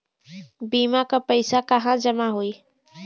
बीमा क पैसा कहाँ जमा होई?